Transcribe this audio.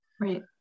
Right